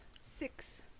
six